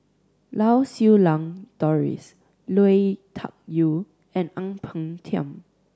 Lau Siew Lang Doris Lui Tuck Yew and Ang Peng Tiam